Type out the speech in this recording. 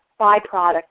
byproduct